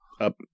up